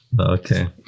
Okay